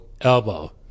Elbow